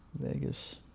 Vegas